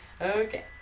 Okay